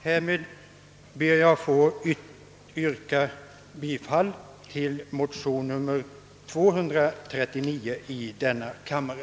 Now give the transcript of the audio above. Härmed ber jag att få yrka bifall till motion nr 239 i denna kammare.